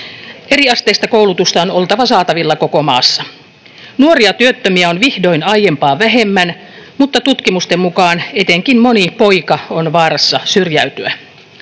Eriasteista koulutusta on oltava saatavilla koko maassa. Nuoria työttömiä on vihdoin aiempaa vähemmän, mutta tutkimusten mukaan etenkin moni poika on vaarassa syrjäytyä.